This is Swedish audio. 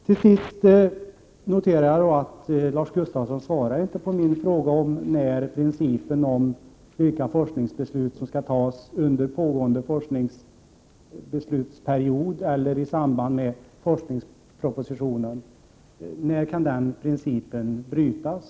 Till sist noterar jag att Lars Gustafsson inte svarar på min fråga om när principen om vilka forskningsbeslut som skall tas under pågående forskningsbeslutsperiod eller i samband med forskningspropositionen kan brytas.